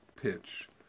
pitch